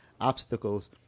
obstacles